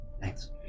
Thanks